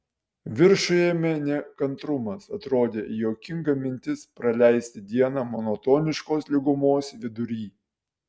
viršų ėmė nekantrumas atrodė juokinga mintis praleisti dieną monotoniškos lygumos vidury